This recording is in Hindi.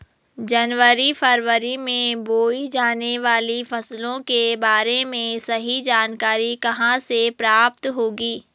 जनवरी फरवरी में बोई जाने वाली फसलों के बारे में सही जानकारी कहाँ से प्राप्त होगी?